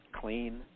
clean